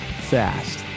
fast